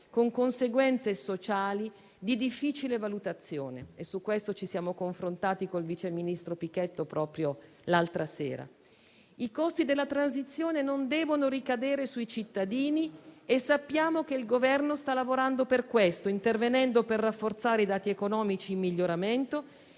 con conseguenze sociali di difficile valutazione. Su questo ci siamo confrontati col vice ministro Picchetto Fratin proprio l'altra sera. I costi della transizione non devono ricadere sui cittadini e sappiamo che il Governo sta lavorando per questo, intervenendo per rafforzare i dati economici in miglioramento